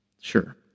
Sure